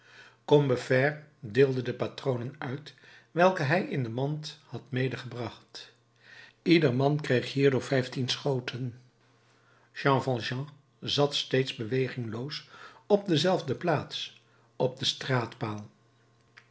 combeferre deelde de patronen uit welke hij in de mand had medegebracht ieder man kreeg hierdoor vijftien schoten jean valjean zat steeds bewegingloos op dezelfde plaats op den